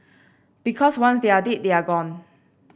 because once they're dead they're gone